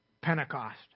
Pentecost